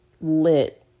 lit